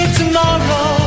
tomorrow